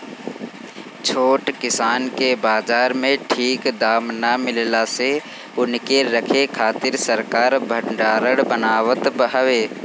छोट किसान के बाजार में ठीक दाम ना मिलला से उनके रखे खातिर सरकार भडारण बनावत हवे